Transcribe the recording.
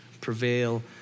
prevail